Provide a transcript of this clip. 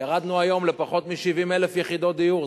ירדנו היום לפחות מ-70,000 יחידות דיור,